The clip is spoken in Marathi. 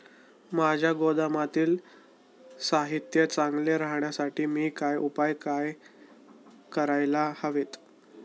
माझ्या गोदामातील साहित्य चांगले राहण्यासाठी मी काय उपाय काय करायला हवेत?